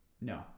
No